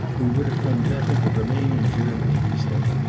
we would have done better to remain in germany, he said.